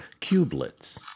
cubelets